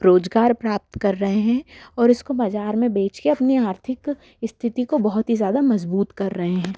रोज़गार प्राप्त कर रहे हैं और इसको बाज़अर में बेच के अपनी आर्थिक स्थिति को बहुत ही ज़्यादा मज़बूत कर रहे हैं